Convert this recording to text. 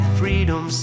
freedom